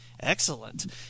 Excellent